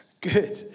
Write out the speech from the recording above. Good